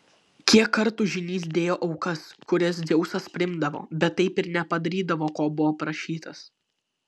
kiek kartų žynys dėjo aukas kurias dzeusas priimdavo bet taip ir nepadarydavo ko buvo prašytas